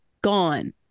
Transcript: Gone